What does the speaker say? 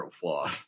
flaws